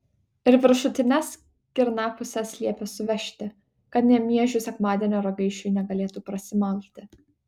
ir viršutines girnapuses liepė suvežti kad nė miežių sekmadienio ragaišiui negalėtų prasimalti